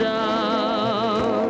no